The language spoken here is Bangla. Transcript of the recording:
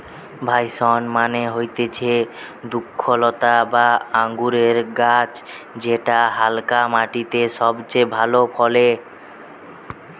ভাইন্স মানে হতিছে দ্রক্ষলতা বা আঙুরের গাছ যেটা হালকা মাটিতে সবচে ভালো ফলে